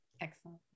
excellent